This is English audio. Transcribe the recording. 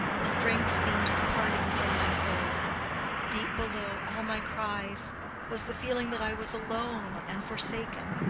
the strength seemed departing from my soul deep below all my cries was the feeling that i was alone and forsaken.